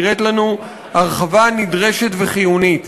נראית לנו הרחבה נדרשת וחיונית.